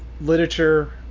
literature